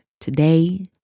today